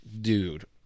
dude